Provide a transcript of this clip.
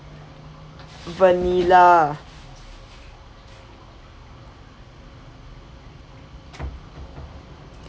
vanilla